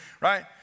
right